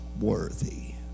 worthy